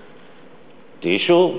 טישיו.